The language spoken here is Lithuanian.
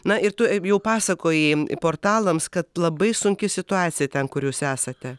na ir tu e jau pasakojai portalams kad labai sunki situacija ten kur jūs esate